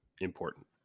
Important